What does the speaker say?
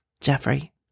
Jeffrey